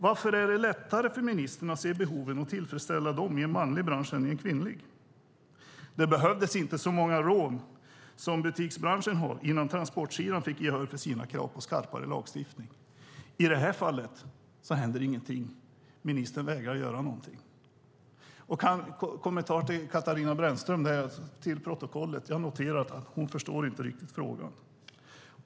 Varför är det lättare för ministern att se behoven och tillfredsställa dem i en manlig bransch än i en kvinnlig? Det behövdes inte så många rån som butiksbranschen har innan transportsidan fick gehör för sina krav på skarpare lagstiftning. I det här fallet händer ingenting. Ministern vägrar att göra någonting. En kommentar till Katarina Brännström är att jag kan notera att hon inte riktigt förstår frågan.